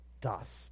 Dust